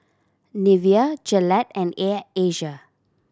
Nivea Gillette and Air Asia